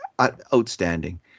outstanding